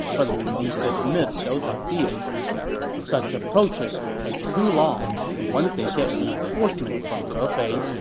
but lu meng dismissed those ideas such approaches would take too long, and once they get reinforcements from hefei,